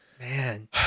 man